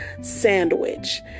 sandwich